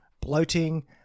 bloating